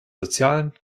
sozialen